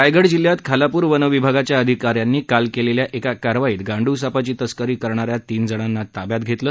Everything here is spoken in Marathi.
रायगड जिल्ह्यात खालापूर वनविभागाच्या अधिकाऱ्यांनी काल केलेल्या एका कारवाईत गांडूळ सापाची तस्करी करणाऱ्या तीन जणांना ताब्यात घेतलं